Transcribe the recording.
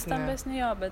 stambesni jo bet